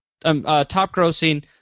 top-grossing